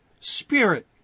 spirit